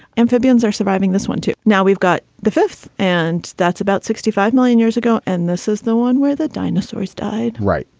amphibians are surviving this one, too. now we've got the fifth. and that's about sixty five million years ago. and this is the one where the dinosaurs died, right.